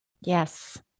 Yes